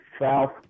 South